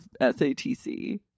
SATC